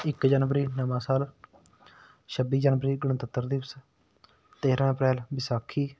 ਇੱਕ ਜਨਵਰੀ ਨਵਾਂ ਸਾਲ ਛੱਬੀ ਜਨਵਰੀ ਗਣਤੰਤਰ ਦਿਵਸ ਤੇਰ੍ਹਾਂ ਅਪ੍ਰੈਲ ਵਿਸਾਖੀ